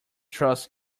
trust